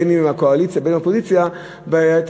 בין אם הם מהקואליציה ובין אם הם מהאופוזיציה,